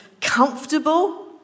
comfortable